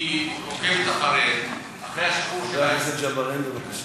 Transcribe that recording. היא עוקבת אחריהם אחרי השחרור שלהם.